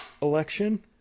election